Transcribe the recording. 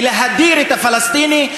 ולהדיר את הפלסטיני,